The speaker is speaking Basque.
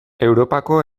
europako